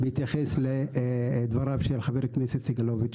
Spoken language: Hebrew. בהתייחס לדבריו של חבר הכנסת סגלוביץ',